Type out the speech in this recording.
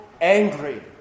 angry